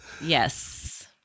Yes